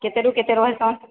କେତେରୁ କେତେ ରୁହେ କ'ଣ